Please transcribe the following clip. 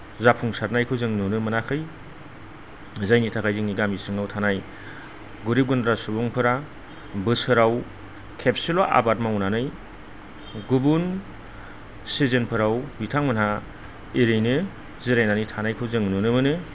जाफुंसारनायखौ जों नुनो मोनाखै जायनि थाखाय जोंनि गामि सिङाव थानाय गोरिब गुन्द्रा सुबुंफोरा बोसोराव खेबसेल' आबाद मावनानै गुबुन सिजोनफोराव बिथांमोनहा ओरैनो जिरायनानै थानायखौ जों नुनो मोनो